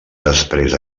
després